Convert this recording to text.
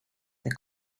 der